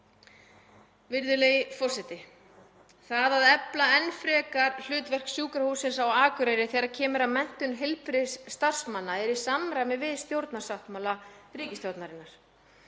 Virðulegi forseti. Það að efla enn frekar hlutverk Sjúkrahússins á Akureyri þegar kemur að menntun heilbrigðisstarfsmanna er í samræmi við stjórnarsáttmála ríkisstjórnarinnar.